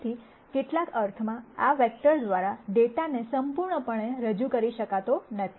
તેથી કેટલાક અર્થમાં આ વેક્ટર્સ દ્વારા ડેટાને સંપૂર્ણપણે રજૂ કરી શકાતો નથી